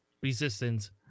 resistance